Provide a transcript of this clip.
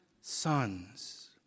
sons